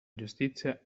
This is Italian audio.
giustizia